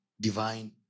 divine